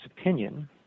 opinion